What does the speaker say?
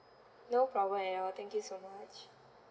no problem at all thank you so much